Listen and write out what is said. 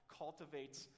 cultivates